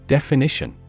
Definition